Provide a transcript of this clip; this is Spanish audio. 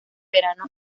verano